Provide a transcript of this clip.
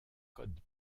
code